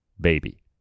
baby